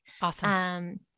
Awesome